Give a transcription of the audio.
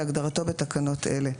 כהגדרתו בתקנות אלה,"